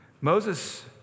Moses